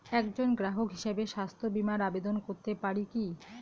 একজন গ্রাহক হিসাবে স্বাস্থ্য বিমার আবেদন করতে পারি কি?